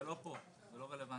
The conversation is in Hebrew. זה לא פה, זה לא רלוונטי.